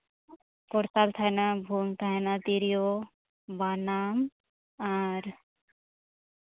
ᱠᱚᱨᱛᱟᱞ ᱛᱟᱦᱮᱱᱟ ᱵᱷᱩᱣᱟᱹᱝ ᱛᱟᱦᱮᱱᱟ ᱛᱤᱨᱭᱳ ᱵᱟᱱᱟᱢ ᱟᱨ